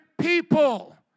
people